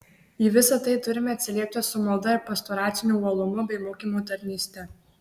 į visa tai turime atsiliepti su malda ir pastoraciniu uolumu bei mokymo tarnyste